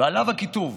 ועליו הכיתוב